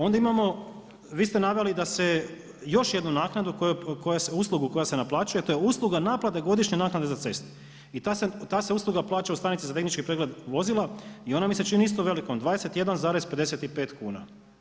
Onda imamo, vi ste naveli još jednu naknadu, uslugu koja se naplaćuje, a to je usluga naplate godišnje naknade za ceste i ta se usluga plaća u stanici za tehnički pregled vozila i ona mi se čini isto velikom 21,55 kuna.